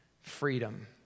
freedom